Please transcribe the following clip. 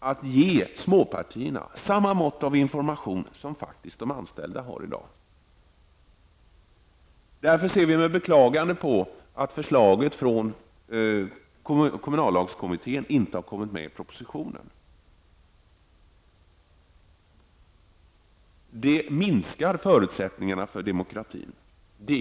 är rimligt att småpartierna får samma mått av information som de anställda faktiskt har i dag. Därför beklagar vi att kommunallagskommitténs förslag inte har kommit med i propositionen. Därigenom minskar nämligen förutsättningarna för demokratin.